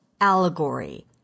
allegory